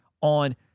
on